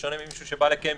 בשונה ממישהו שבא לקמפינג.